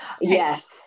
Yes